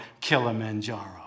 Kilimanjaro